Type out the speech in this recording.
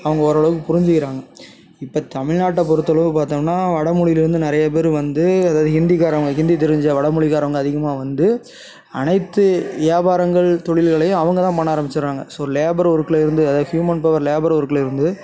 அவங்க ஓரளவுக்கு புரிஞ்சிக்கிறாங்க இப்போ தமிழ்நாட்டை பொருத்தளவு பார்த்தம்னா வடமொழியில் இருந்து நிறைய பேர் வந்து அதாவது ஹிந்திகாரங்க ஹிந்தி தெரிஞ்ச வடமொழிகாரங்க அதிகமாக வந்து அனைத்து வியாபாரங்கள் தொழில்களை அவங்கதான் பண்ண ஆரமிச்சிடுறாங்க ஸோ லேபர் ஒர்க்லருந்து அதாவது ஹியூமன் பவர் லேபர் ஒர்க்லேருந்து